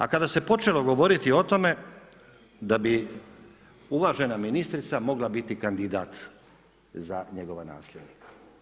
A kada se počelo govoriti o tome da bi uvažena ministrica mogla biti kandidat za njegova nasljednika.